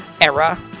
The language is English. era